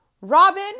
Robin